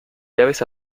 llaves